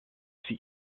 sie